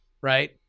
right